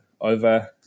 over